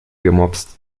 gemopst